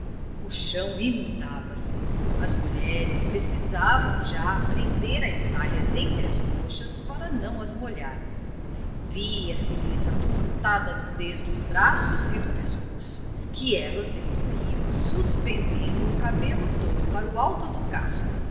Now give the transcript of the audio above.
o chão inundava se as mulheres precisavam já prender as saias entre as coxas para não as molhar via se lhes a tostada nudez dos braços e do pescoço que elas despiam suspendendo o cabelo todo para o alto do casco